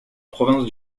province